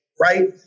Right